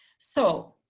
so